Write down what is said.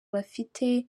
bafite